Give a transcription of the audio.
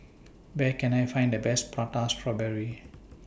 Where Can I Find The Best Prata Strawberry